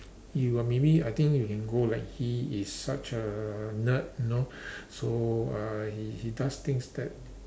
you are maybe I think you can go like he is such a nerd no so uh he he does things that